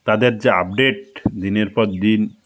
তাদের যা আপডেট দিনের পর দিন